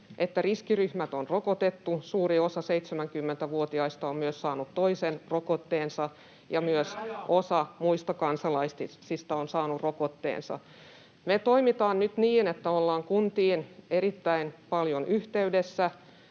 että riskiryhmät on rokotettu, suuri osa 70-vuotiaista on myös saanut toisen rokotteensa [Mauri Peltokangas: Entä rajat?] ja myös osa muista kansalaisista on saanut rokotteensa. Me toimitaan nyt niin, että ollaan kuntiin erittäin paljon yhteydessä,